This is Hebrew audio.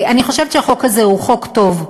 אני חושבת שהחוק הזה הוא חוק טוב.